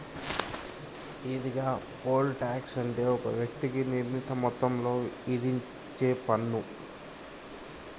ఈరిగా, poll tax అంటే ఒక వ్యక్తికి నిర్ణీత మొత్తంలో ఇధించేపన్ను